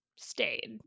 stayed